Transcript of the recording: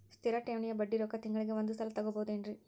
ಸ್ಥಿರ ಠೇವಣಿಯ ಬಡ್ಡಿ ರೊಕ್ಕ ತಿಂಗಳಿಗೆ ಒಂದು ಸಲ ತಗೊಬಹುದೆನ್ರಿ?